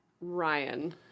ryan